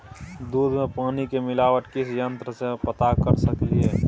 दूध में पानी के मिलावट किस यंत्र से पता कर सकलिए?